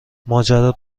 ماجرا